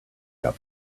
got